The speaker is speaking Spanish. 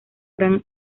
gran